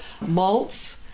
malts